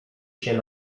się